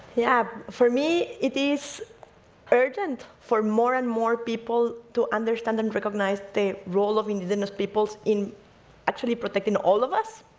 yeah, for me, it is urgent for more and more people to understand and recognize the role of indigenous peoples in actually protecting all of us.